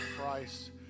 Christ